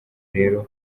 rero